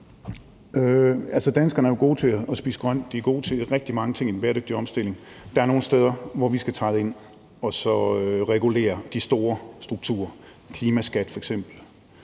Altså, danskerne er jo gode til at spise grønt. De er gode til rigtig mange ting i den bæredygtige omstilling. Der er nogle steder, hvor vi skal træde ind og regulere de store strukturer, f.eks. klimaskat.